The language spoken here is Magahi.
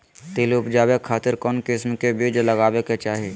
तिल उबजाबे खातिर कौन किस्म के बीज लगावे के चाही?